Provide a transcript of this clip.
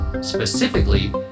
specifically